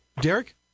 Derek